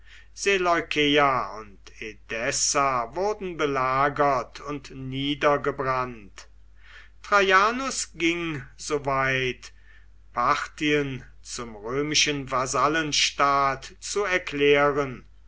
seleukeia und edessa wurden belagert und niedergebrannt traianus ging so weit parthien zum römischen vasallenstaat zu erklären